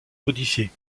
modifié